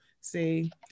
See